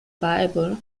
bible